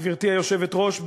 גברתי היושבת-ראש,